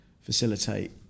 facilitate